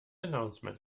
announcement